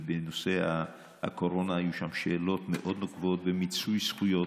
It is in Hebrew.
ובנושא הקורונה היו שאלות מאוד נוקבות ומיצוי זכויות,